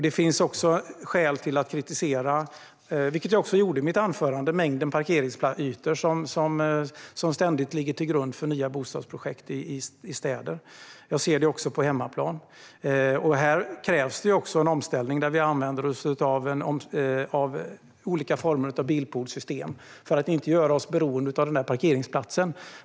Det finns också skäl att, vilket jag också gjorde i mitt anförande, kritisera att det är mängden parkeringsytor som ständigt ligger till grund för nya bostadsprojekt i städer. Jag ser detta också på hemmaplan. Här krävs en omställning där vi använder oss av olika former av bilpoolssystem, för att inte göra oss beroende av den där parkeringsplatsen.